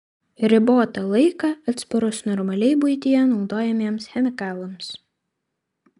ribotą laiką atsparus normaliai buityje naudojamiems chemikalams